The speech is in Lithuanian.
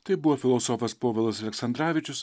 tai buvo filosofas povilas aleksandravičius